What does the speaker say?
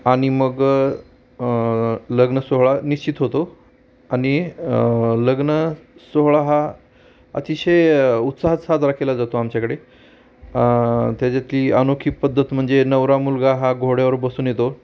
आणि मग लग्नसोहळा निश्चित होतो आणि लग्न सोहळा हा अतिशय उत्साहात साजरा केला जातो आमच्याकडे त्याच्यातली अनोखी पद्धत म्हणजे नवरा मुलगा हा घोड्यावर बसून येतो